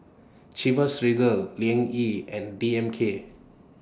Chivas Regal Liang Yi and D M K